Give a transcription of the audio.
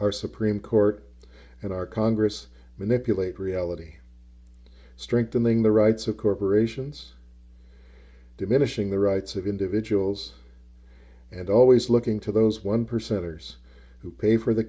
our supreme court and our congress manipulate reality strengthening the rights of corporations diminishing the rights of individuals and always looking to those one percenters who pay for the